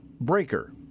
Breaker